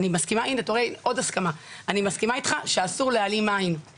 אני מסכימה איתך והנה יש בינינו עוד הסכמה,